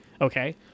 Okay